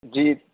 جی